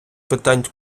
питань